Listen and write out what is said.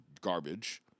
garbage